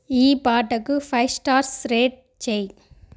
ఈ పాటకు five stars rate చెయ్యి